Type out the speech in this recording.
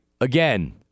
again